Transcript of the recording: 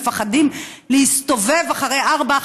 מפחדים להסתובב אחרי 16:00,